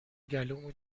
گلومو